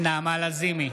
נעמה לזימי,